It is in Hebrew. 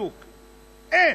בדוק, אין.